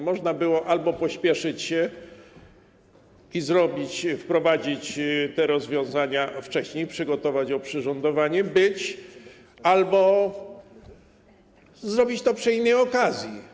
Można było albo pospieszyć się i wprowadzić te rozwiązania wcześniej, przygotować oprzyrządowanie, albo zrobić to przy innej okazji.